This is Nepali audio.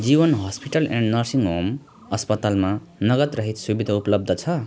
जीवन हस्पिटल एन्ड नर्सिङ होम अस्पतालमा नगदरहित सुविधा उपलब्ध छ